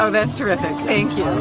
so that's terrific! thank you.